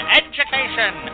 education